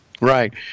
Right